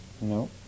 No